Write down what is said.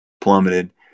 plummeted